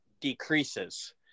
decreases